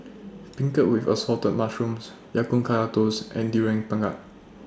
Beancurd with Assorted Mushrooms Ya Kun Kaya Toast and Durian Pengat